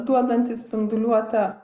duodantys spinduliuotę